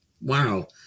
wow